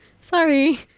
Sorry